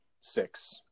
six